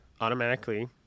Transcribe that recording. automatically